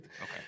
Okay